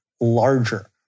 larger